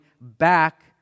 back